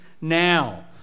now